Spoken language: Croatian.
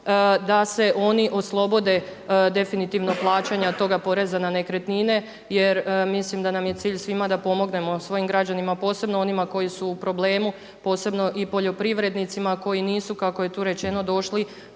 da se oni oslobode definitivno plaćanja toga poreza na nekretnine jer mislim da nam je cilj svima da pomognemo svojim građanima posebno onima koji su u problemu, posebno poljoprivrednicima koji nisu kako je tu rečeno došli